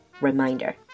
reminder